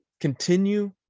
continue